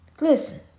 Listen